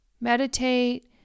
meditate